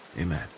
amen